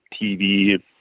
TV